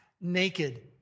naked